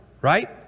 right